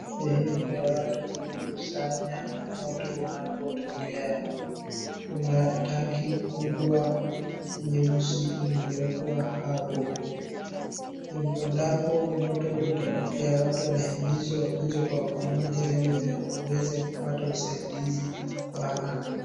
Sehemu ya watu kujikusanya moto unapotokea. Kuna tangi kubwa nyeusi imewekwa hapo. Endapo moto utatokea watu wanahimizwa kuja kwa pamoja ili waweze kupata usaidizi kwa haraka.